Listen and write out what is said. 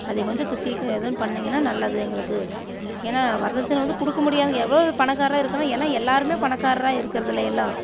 அதை கொஞ்சம் சீக்கிரம் எதுவும் பண்ணீங்கனால் நல்லது எங்களுக்கு ஏன்னா வரதட்சணை வந்து கொடுக்க முடியாது எவ்வளோ பணக்காரனாக இருக்கனா ஏன்னா எல்லோருமே பணக்காரனாக இருக்கிறது இல்லை எல்லாம்